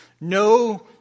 no